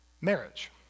marriage